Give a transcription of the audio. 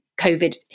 COVID